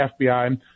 FBI